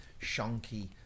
shonky